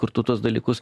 kur tu tuos dalykus